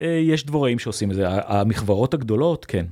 יש דבוראים שעושים את זה, המכברות הגדולות, כן.